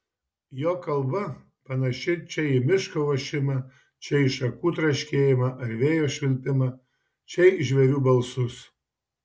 jo kalba panaši čia į miško ošimą čia į šakų traškėjimą ar vėjo švilpimą čia į žvėrių balsus